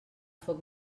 foc